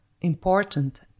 important